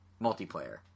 Multiplayer